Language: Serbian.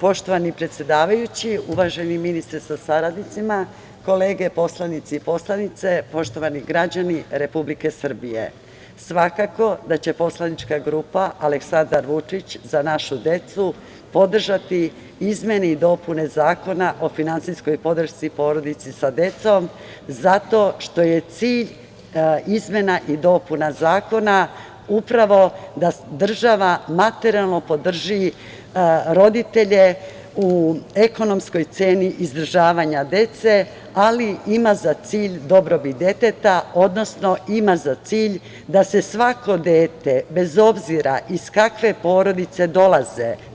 Poštovani predsedavajući, uvaženi ministre sa saradnicima, kolege poslanici i poslanice, poštovani građani Republike Srbije, svakako da će poslanička grupa Aleksandar Vučić – Za našu decu podržati izmene i dopune Zakona o finansijskoj podršci porodice sa decom zato što je cilj izmena i dopuna Zakona upravo da država materijalno podrži roditelje u ekonomskoj ceni izdržavanja dece, ali ima za cilj dobrobit deteta, odnosno ima za cilj da se svako dete, bez obzira iz kakve porodice